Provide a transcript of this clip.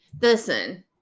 Listen